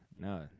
no